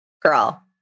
Girl